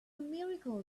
miracle